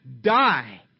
die